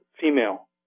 female